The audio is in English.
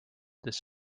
this